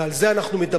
ועל זה אנחנו מדברים,